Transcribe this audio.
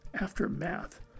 Aftermath